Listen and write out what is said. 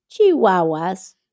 Chihuahuas